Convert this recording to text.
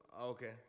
Okay